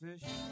fish